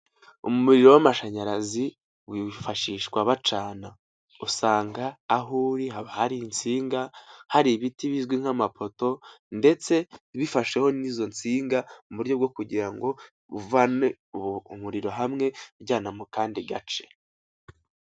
Umuriro w'amashanyarazi wifashishwa bacana, usanga aho uri haba hari insinga hari ibiti bizwi nk'amapoto ndetse bifasheho n'izo nsinga mu buryo bwo kugira ngo uvane umuriro hamwe ujyana mu kandi gace.